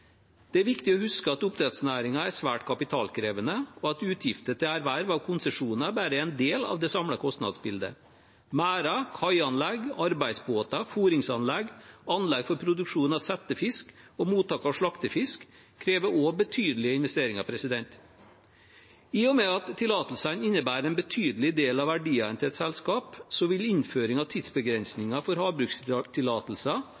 Det er viktig å huske at oppdrettsnæringen er svært kapitalkrevende, og at utgifter til erverv av konsesjoner bare er en del av det samlede kostnadsbildet. Merder, kaianlegg, arbeidsbåter, fôringsanlegg, anlegg for produksjon av settefisk og mottak av slaktefisk krever også betydelige investeringer. I og med at tillatelsene innebærer en betydelig del av verdiene til et selskap, vil innføringen av